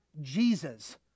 Jesus